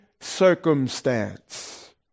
circumstance